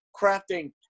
crafting